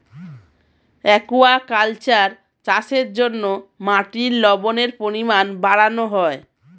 aquaculture চাষের জন্য মাটির লবণের পরিমাণ বাড়ানো হয়